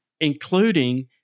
Including